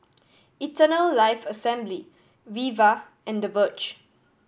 Eternal Life Assembly Viva and The Verge